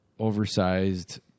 oversized